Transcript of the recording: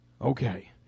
Okay